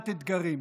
יודעת אתגרים,